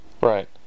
Right